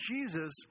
Jesus